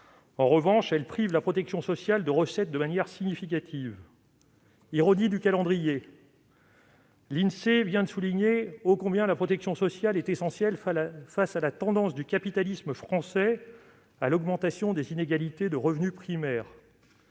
de manière significative la protection sociale de recettes. Ironie du calendrier, l'Insee vient de souligner combien la protection sociale était essentielle face à la tendance du capitalisme français à l'augmentation des inégalités de revenus primaires